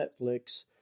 Netflix